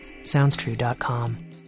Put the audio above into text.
SoundsTrue.com